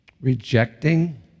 Rejecting